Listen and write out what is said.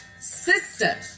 Sister